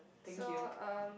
so um